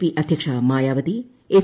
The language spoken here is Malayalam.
പി അധൃക്ഷ മായാവതി എസ്